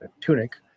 tunic